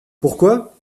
pourquoi